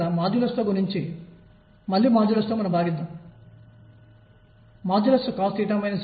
కాబట్టి నేను దీనిని m ఒమేగా వర్గం అని తీసుకుంటాను